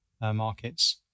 markets